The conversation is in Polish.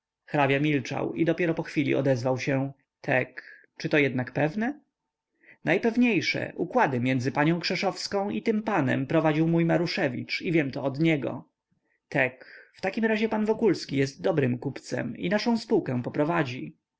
milczał i dopiero po chwili odezwał się tek czyto jednak pewne najpewniejsze układy między panią krzeszowską i tym panem prowadził mój maruszewicz i wiem to od niego tek w każdym razie pan wokulski jest dobrym kupcem i naszę spółkę poprowadzi